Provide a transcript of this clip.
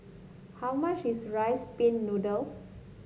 how much is rice pin noodle